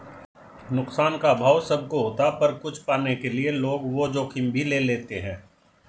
नुकसान का अभाव सब को होता पर कुछ पाने के लिए लोग वो जोखिम भी ले लेते है